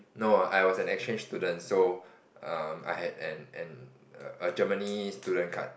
no I was an exchange student so um I had an an err Germany student card